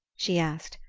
she asked,